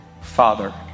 Father